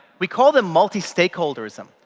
we call them multistakeholderism.